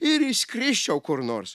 ir išskrisčiau kur nors